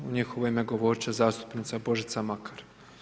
U njihovo ime govoriti će zastupnica Božica Makar.